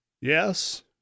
Yes